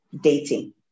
dating